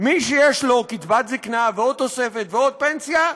מי שיש לו קצבת זקנה ועוד תוספת ועוד פנסיה,